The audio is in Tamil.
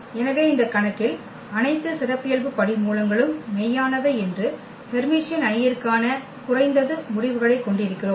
எனவே இந்த கணக்கில் அனைத்து சிறப்பியல்பு படிமூலங்களும் மெய்யானவை என்று ஹெர்மிசியன் அணியிற்கான குறைந்தது முடிவுகளைக் கொண்டிருக்கிறோம்